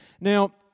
Now